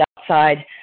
outside